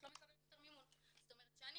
את לא מקבלת יותר מימון" זאת אומרת שאני